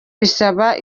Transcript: bisaba